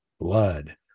blood